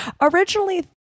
Originally